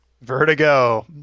Vertigo